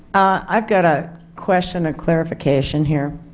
i have got a question, a clarification here.